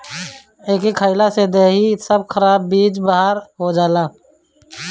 एके खइला से देहि के सब खराब चीज बहार हो जाला